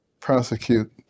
prosecute